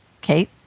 Kate